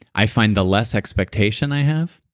i find the less expectation i have,